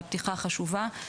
והפתיחה חשובה,